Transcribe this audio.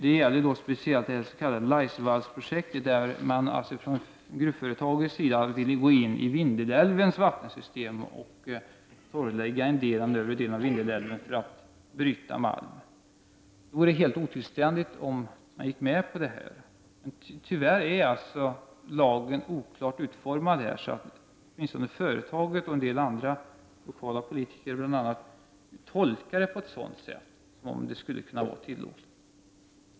Det gäller det s.k. Laisvallsprojektet. Gruvföretaget vill gå in i Vindelälvens vattensystem och torrlägga den övre delen av Vindelälven för att bryta malm. Det vore helt otillständigt om man gick med på detta. Tyvärr är lagen oklart utformad, och åtminstone företaget och bl.a. en del lokala politiker tolkar den på ett sådan sätt att det skulle vara tillåtet.